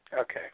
Okay